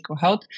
health